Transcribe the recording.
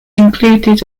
included